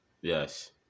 Yes